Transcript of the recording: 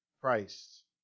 Christ